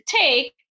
take